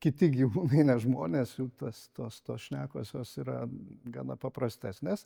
kiti gyvūnai ne žmonės jų tas tos tos šnekos jos yra gana paprastesnės